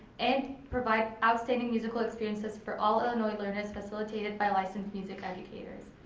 and provide outstanding musical experiences for all illinois learners facilitated by licensed music educators,